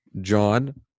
John